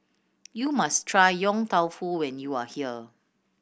you must try Yong Tau Foo when you are here